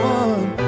one